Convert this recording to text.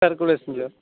ഹെർക്കുലീസിൻ്റെയോ